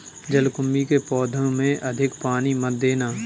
जलकुंभी के पौधों में अधिक पानी मत देना